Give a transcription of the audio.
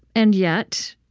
and yet,